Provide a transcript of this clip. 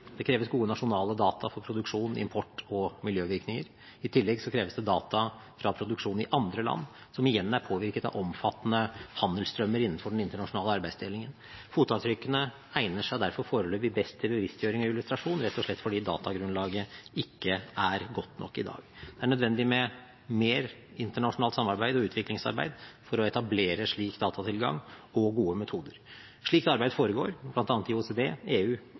Det kreves gode nasjonale data for produksjon, import og miljøvirkninger. I tillegg kreves det data fra produksjon i andre land som igjen er påvirket av omfattende handelsstrømmer innenfor den internasjonale arbeidsdelingen. Fotavtrykkene egner seg derfor foreløpig best til bevisstgjøring og illustrasjon, rett og slett fordi datagrunnlaget ikke er godt nok i dag. Det er nødvendig med mer internasjonalt samarbeid og utviklingsarbeid for å etablere slik datatilgang og gode metoder. Slikt arbeid foregår i bl.a. OECD, EU